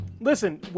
Listen